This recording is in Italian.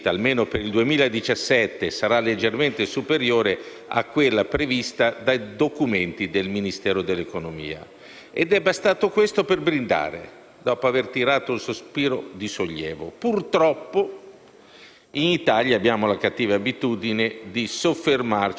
Ed è bastato questo per brindare, dopo aver tirato un sospiro di sollievo. Purtroppo in Italia abbiamo la cattiva abitudine di soffermarci solo sui titoli e di non leggere il contenuto degli articoli, un po' come in quel vecchio proverbio cinese